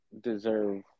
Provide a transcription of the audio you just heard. deserve